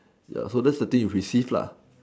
ya so that's the thing you receive lah